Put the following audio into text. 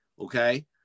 okay